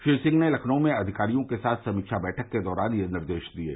श्री सिंह ने लखनऊ में अधिकारियों के साथ समीक्षा बैठक के दौरान यह निर्देश दिये